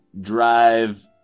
drive